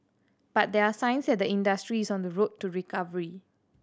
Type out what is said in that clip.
but there are signs that the industry is on the road to recovery